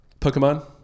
Pokemon